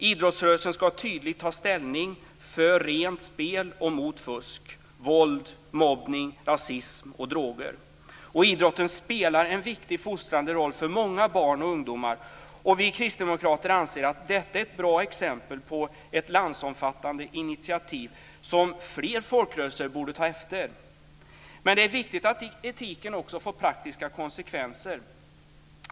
Idrottsrörelsen ska tydligt ta ställning för rent spel och mot fusk, våld, mobbning, rasism och droger. Idrotten spelar en viktig fostrande roll för många barn och ungdomar, och vi kristdemokrater anser att detta är ett bra exempel på ett landsomfattande initiativ som fler folkrörelser borde ta efter. Det är dock viktigt att etiken också får praktiska konsekvenser.